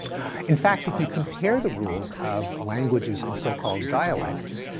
in fact, if you compare the rules of languages and so-called dialects,